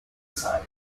side